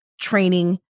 training